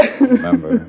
Remember